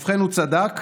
ובכן, הוא צדק,